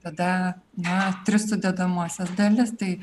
tada na tris sudedamąsias dalis tai